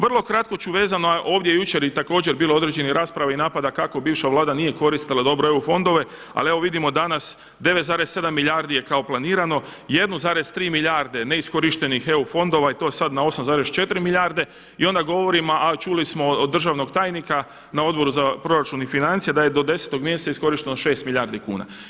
Vrlo kratko ću vezano i ovdje je jučer također bilo određenih rasprava i napada kako bivša vlada nije koristila dobro EU fondove, ali evo vidimo danas 9,7 milijardi je kao planirano, 1,3 milijardu neiskorištenih EU fondova i to sada na 8,4 milijarde i onda govorimo, a čuli smo od državnog tajnika na Odboru za proračun i financije da je do 10. mjeseca iskorišteno 6 milijardi kuna.